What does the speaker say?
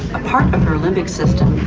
a part of her limbic system,